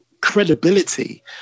credibility